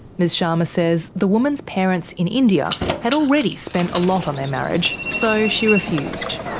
ms sharma says the woman's parents in india had already spent a lot on their marriage, so she refused.